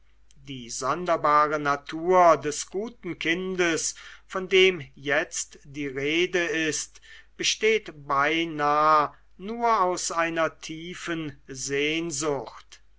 die sonderbare natur des guten kindes von dem jetzt die rede ist besteht beinah nur aus einer tiefen sehnsucht